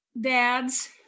dads